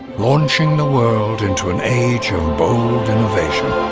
launching the world into an age of innovation.